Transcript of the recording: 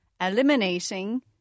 eliminating